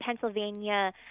Pennsylvania